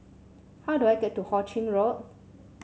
how do I get to Ho Ching Road